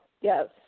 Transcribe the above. Yes